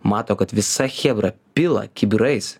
mato kad visa chebra pila kibirais